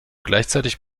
gleichzeitig